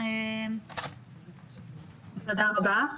תודה רבה.